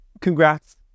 congrats